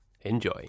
Enjoy